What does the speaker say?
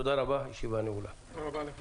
תודה רבה.